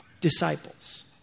disciples